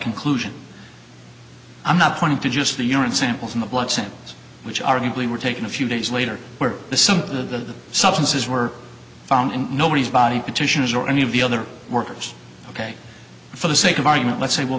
conclusion i'm not pointing to just the urine samples in the blood samples which arguably were taken a few days later where some of the substances were found in nobody's body petitioners or any of the other workers ok for the sake of argument let's say well